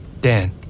Dan